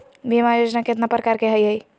बीमा योजना केतना प्रकार के हई हई?